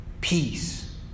peace